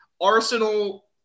Arsenal